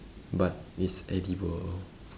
but it's edible